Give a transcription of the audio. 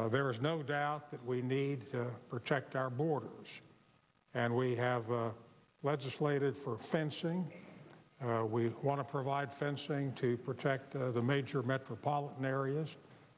bill there is no doubt that we need to protect our borders and we have legislated for fencing we want to provide fencing to protect the major metropolitan areas